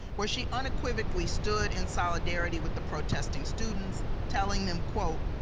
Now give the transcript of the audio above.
where she unequivocally stood in solidarity with the protesting students telling them quote,